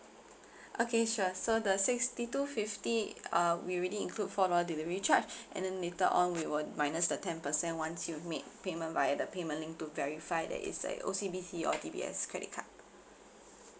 okay sure so the sixty two fifty uh we already include four dollar delivery charge and then later on we will minus the ten percent once you've made payment via the payment link to verify that it's a O_C_B_C or D_B_S credit card